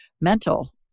mental